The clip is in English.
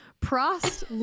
Prost